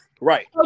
right